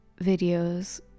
videos